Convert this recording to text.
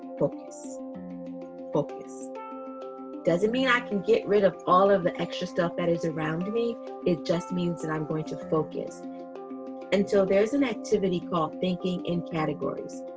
focus focus doesn't mean i can get rid of all of the extra stuff that is around me it just means that i'm going to focus until there's an activity called thinking in categories